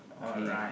K